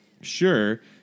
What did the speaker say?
sure